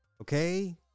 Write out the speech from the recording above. Okay